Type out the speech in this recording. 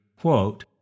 quote